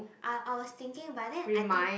I I was thinking but then I think